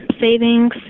savings